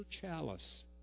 chalice